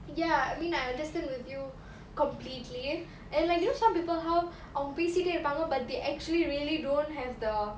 ya I mean I understand with you completely and like you know some people how um அவங்க பேசிட்டே இருப்பாங்க:avanga pesitte iruppanga but they actually really don't have the